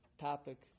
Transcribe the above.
topic